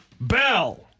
bell